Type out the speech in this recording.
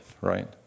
right